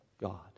God